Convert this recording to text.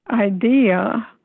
idea